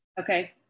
Okay